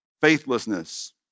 faithlessness